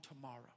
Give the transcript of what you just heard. tomorrow